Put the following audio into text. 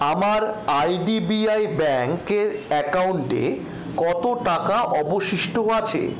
আমার I D B I ব্যাংকের অ্যাকাউন্টে কত টাকা অবশিষ্ট আছে